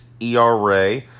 ERA